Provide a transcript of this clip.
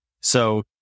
So-